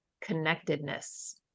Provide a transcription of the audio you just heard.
connectedness